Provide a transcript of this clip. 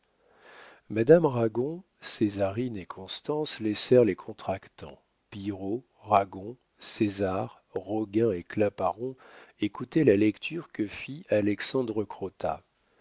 madame ragon césarine et constance laissèrent les contractants pillerault ragon césar roguin et claparon écouter la lecture que fit alexandre crottat